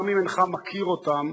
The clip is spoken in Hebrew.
גם אם אינך מכיר אותם,